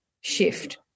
shift